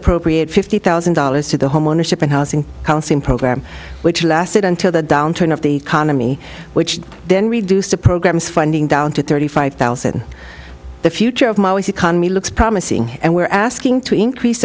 appropriate fifty thousand dollars to the homeownership and housing counseling program which lasted until the downturn of the economy which then reduced the program's funding down to thirty five thousand the future of my always economy looks promising and we're asking to increase